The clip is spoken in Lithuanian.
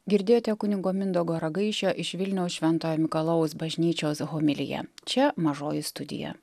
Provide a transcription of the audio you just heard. girdėjote kunigo mindaugo ragaišio iš vilniaus šventojo mikalojaus bažnyčios homiliją čia mažoji studija